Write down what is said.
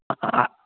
ஆ